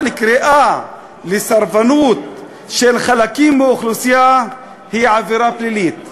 אבל קריאה לסרבנות של חלקים מאוכלוסייה היא עבירה פלילית.